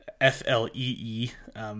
F-L-E-E